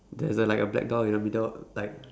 there's like a black dot in the middle like